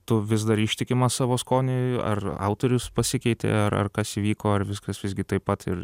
tu vis dar ištikimas savo skoniui ar autorius pasikeitė ar ar kas vyko ar viskas visgi taip pat ir